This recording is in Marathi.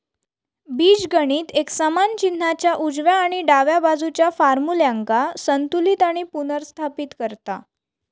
बीजगणित एक समान चिन्हाच्या उजव्या आणि डाव्या बाजुच्या फार्म्युल्यांका संतुलित आणि पुनर्स्थापित करता